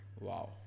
Wow